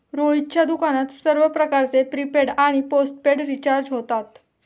रोहितच्या दुकानात सर्व प्रकारचे प्रीपेड आणि पोस्टपेड रिचार्ज होतात